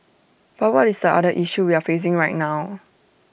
but what is the other issue we're facing right now